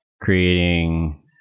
creating